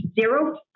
zero